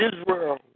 Israel